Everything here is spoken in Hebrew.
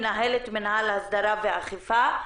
מנהלת מינהל הסדרה ואכיפה,